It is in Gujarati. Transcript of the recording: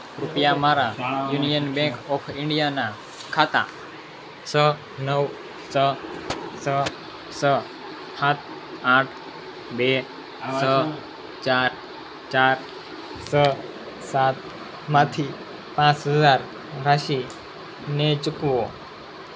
કૃપયા મારા યુનિયન બેંક ઓફ ઇન્ડિયાનાં ખાતા છ નવ છ છ છ આઠ આઠ બે છ ચાર ચાર છ સાતમાંથી પાંચ હજાર રાશીને ચૂકવો